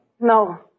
No